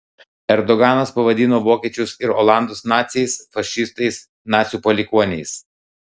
erdoganas pavadino vokiečius ir olandus naciais fašistais nacių palikuoniais